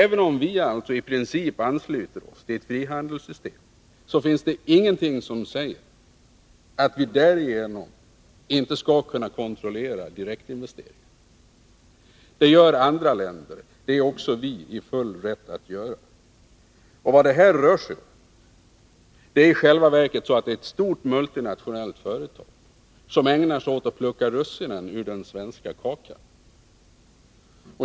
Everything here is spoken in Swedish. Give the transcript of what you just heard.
Aven om vi alltså i princip ansluter oss till ett frihandelssystem, bröd så finns det ingenting som säger att vi därigenom inte skall kunna kontrollera direktinvesteringar. Detta gör andra länder, och det är också vii Sverige i vår fulla rätt att göra. Vad det här i själva verket rör sig om är att ett stort multinationellt företag ägnar sig åt att plocka russinen ur den svenska kakan.